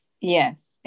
Yes